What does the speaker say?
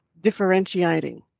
differentiating